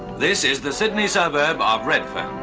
this is the sydney suburb of redfern.